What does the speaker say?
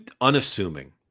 unassuming